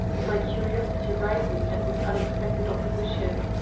my curiosity rising at this unexpected opposition.